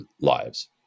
lives